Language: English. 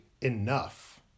Enough